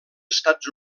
estats